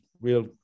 real